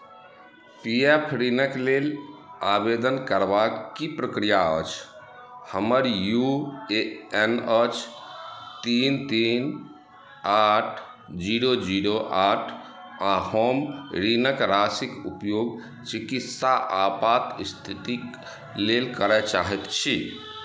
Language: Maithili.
पी एफ ऋणक लेल आवेदन करबाक की प्रक्रिया अछि हमर यू ए एन अछि तीन तीन आठ जीरो जीरो आठ आ हम ऋणक राशिक उपयोग चिकित्सा आपात स्थितिक लेल करय चाहैत छी